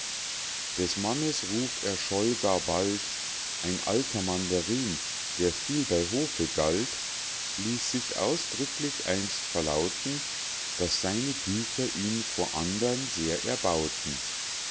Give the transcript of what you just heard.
des mannes ruf erscholl gar bald ein alter mandarin der viel bei hofe galt ließ sich ausdrücklich einst verlauten daß seine bücher ihn vor andern sehr erbauten